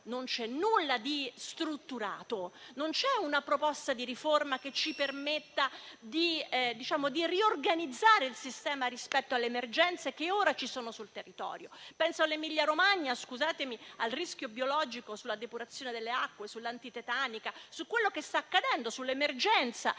non c'è nulla di strutturato. Non c'è una proposta di riforma che ci permetta di riorganizzare il sistema rispetto alle emergenze che ci sono ora sul territorio. Penso all'Emilia-Romagna e al rischio biologico relativo alla depurazione delle acque, all'antitetanica e a quello che sta accadendo nell'emergenza